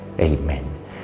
Amen